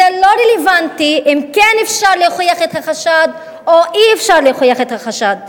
זה לא רלוונטי אם כן אפשר להוכיח את החשד או אי-אפשר להוכיח את החשד.